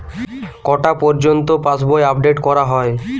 কটা পযর্ন্ত পাশবই আপ ডেট করা হয়?